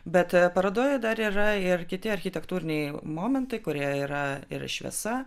bet parodoje dar yra ir kiti architektūriniai momentai kurie yra ir šviesa